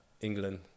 England